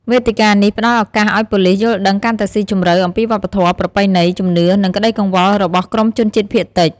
វេទិកានេះផ្តល់ឱកាសឲ្យប៉ូលិសយល់ដឹងកាន់តែស៊ីជម្រៅអំពីវប្បធម៌ ប្រពៃណី ជំនឿ និងក្តីកង្វល់របស់ក្រុមជនជាតិភាគតិច។